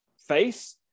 face